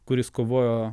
kuris kovojo